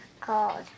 called